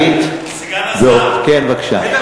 היית, סגן השר, סגן השר, כן, בבקשה.